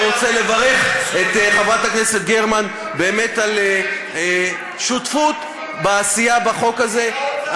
ואני רוצה לברך את חברת הכנסת גרמן באמת על שותפות בעשייה בחוק הזה.